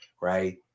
right